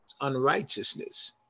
unrighteousness